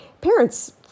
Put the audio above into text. parents